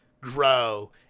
grow